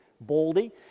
baldy